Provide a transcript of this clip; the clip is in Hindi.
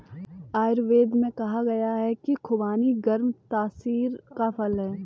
आयुर्वेद में कहा गया है कि खुबानी गर्म तासीर का फल है